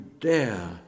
dare